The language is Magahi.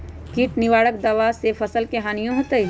किट निवारक दावा से फसल के हानियों होतै?